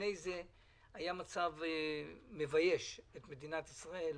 לפני כן היה מצב מבייש את מדינת ישראל.